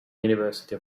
university